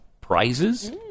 prizes